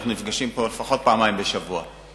אנחנו נפגשים פה לפחות פעמיים בשבוע,